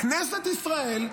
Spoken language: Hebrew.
כנסת ישראל,